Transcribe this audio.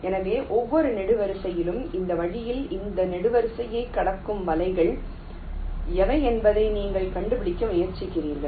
எனவே ஒவ்வொரு நெடுவரிசையிலும் இந்த வழியில் அந்த நெடுவரிசையை கடக்கும் வலைகள் எவை என்பதை நீங்கள் கண்டுபிடிக்க முயற்சிக்கிறீர்கள்